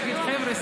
יגיד: חבר'ה,